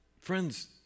friends